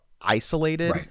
isolated